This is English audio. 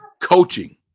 coaching